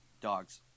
dogs